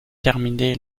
terminé